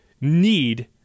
need